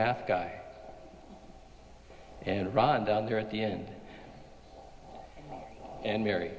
math guy and run down there at the end and mary